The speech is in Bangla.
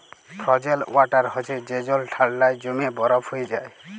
ফ্রজেল ওয়াটার হছে যে জল ঠাল্ডায় জইমে বরফ হঁয়ে যায়